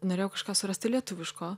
norėjau kažką surasti lietuviško